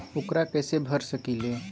ऊकरा कैसे भर सकीले?